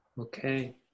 Okay